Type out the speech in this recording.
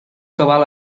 cabal